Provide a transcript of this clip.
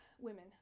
women